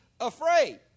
afraid